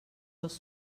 dos